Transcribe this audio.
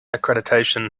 accreditation